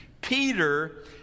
Peter